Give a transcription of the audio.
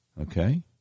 Okay